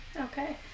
Okay